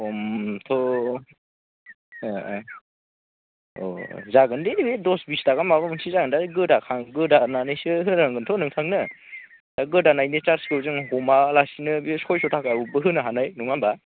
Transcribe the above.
खमथ' अ जागोन दे ओइ दस बिस थाखा माबा मोनसे जागोन दे गोदानानैसो होनांगोनथ' नोंथांनो दा गोदानायनि चार्सखौ हमालासिनो जों बे सयस' थाखायावबो होनो हानाय नङा होमब्ला